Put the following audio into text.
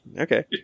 Okay